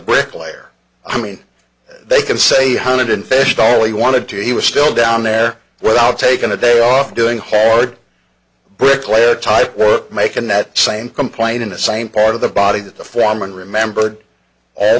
bricklayer i mean they can say hunted and fished all he wanted to he was still down there without taking a day off doing hard bricklayer type work making that same complaint in the same part of the body that the foreman remembered